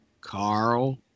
Carl